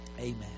Amen